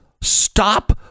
stop